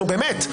נו באמת.